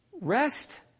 Rest